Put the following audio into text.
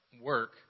work